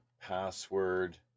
password